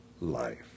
life